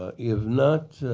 ah if not,